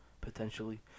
potentially